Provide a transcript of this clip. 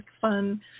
fun